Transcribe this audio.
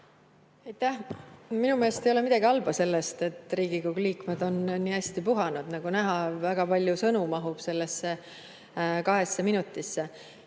Minu meelest ei ole midagi halba selles, et Riigikogu liikmed on hästi puhanud. Nagu näha, väga palju sõnu mahub sellesse kahesse minutisse.